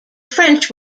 french